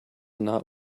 not